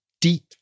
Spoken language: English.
deep